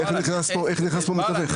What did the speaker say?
איך נכנס פה מתווך אני לא מבין.